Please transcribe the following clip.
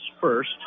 first